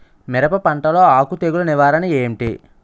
మిరప పంటలో ఆకు తెగులు నివారణ ఏంటి?